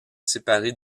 séparée